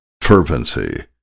fervency